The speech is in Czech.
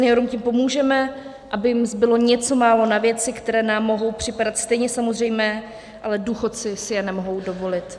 Seniorům tím pomůžeme, aby jim zbylo něco málo na věci, které nám mohou připadat stejně samozřejmé, ale důchodci si je nemohou dovolit.